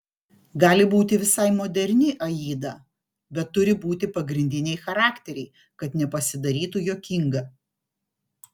gali būti visai moderni aida bet turi būti pagrindiniai charakteriai kad nepasidarytų juokinga